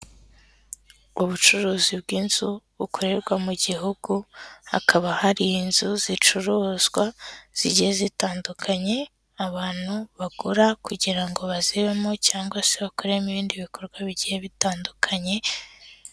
Ubucuruzi bw'inzu bukorerwa mu gihugu, hakaba hari inzu zicuruzwa zigiye zitandukanye, abantu bagura kugira ngo bazibemo cyangwa se bakoreremo ibindi bikorwa bigiye bitandukanye.